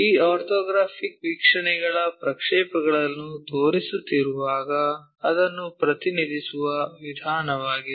ಈ ಆರ್ಥೋಗ್ರಾಫಿಕ್ ವೀಕ್ಷಣೆಗಳ ಪ್ರಕ್ಷೇಪಗಳನ್ನು ತೋರಿಸುತ್ತಿರುವಾಗ ಅದನ್ನು ಪ್ರತಿನಿಧಿಸುವ ವಿಧಾನವಾಗಿದೆ